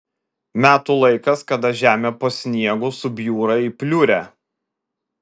metų laikas kada žemė po sniegu subjūra į pliurę